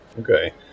okay